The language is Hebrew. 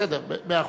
בסדר, מאה אחוז.